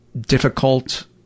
difficult